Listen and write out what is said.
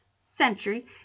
century